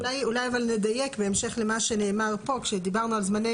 אולי נדייק בהמשך למה שנאמר פה כשדיברנו על זמני